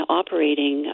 operating